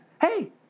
Hey